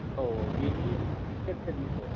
औ औ बिनि सेर सेरनिखौ